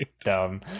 Dumb